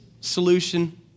solution